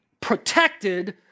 protected